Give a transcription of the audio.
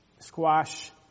squash